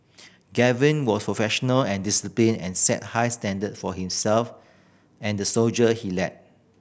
Gavin was professional and disciplined and set high standard for himself and the soldier he led